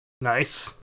Nice